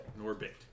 Norbit